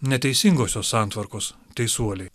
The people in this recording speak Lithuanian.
neteisingosios santvarkos teisuoliai